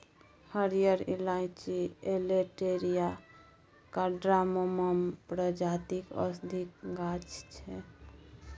हरियर इलाईंची elettaria cardamomum प्रजातिक औषधीक गाछ छै